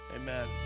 amen